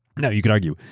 you know you could argue,